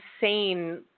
insane